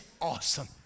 awesome